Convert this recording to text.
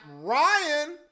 Ryan